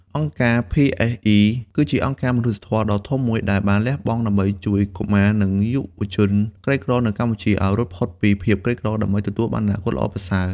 អង្គការភីអេសអុី (PSE) គឺជាអង្គការមនុស្សធម៌ដ៏ធំមួយដែលបានលះបង់ដើម្បីជួយកុមារ និងយុវជនក្រីក្រនៅកម្ពុជាឱ្យរួចផុតពីភាពក្រីក្រ ដើម្បីទទួលបានអនាគតល្អប្រសើរ។